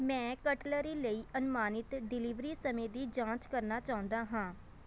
ਮੈਂ ਕਟਲਰੀ ਲਈ ਅਨੁਮਾਨਿਤ ਡਿਲੀਵਰੀ ਸਮੇਂ ਦੀ ਜਾਂਚ ਕਰਨਾ ਚਾਹੁੰਦਾ ਹਾਂ